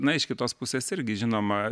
na iš kitos pusės irgi žinoma